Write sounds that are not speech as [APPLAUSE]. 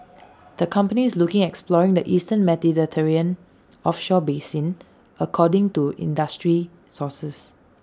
[NOISE] the company is looking at exploring the eastern Mediterranean offshore basin according to industry sources